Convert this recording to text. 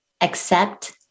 accept